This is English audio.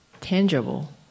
tangible